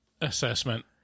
assessment